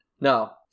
No